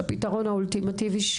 שהפתרון האולטימטיבי,